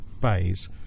bays